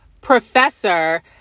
professor